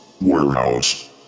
warehouse